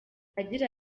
agira